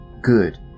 good